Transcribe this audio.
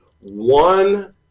one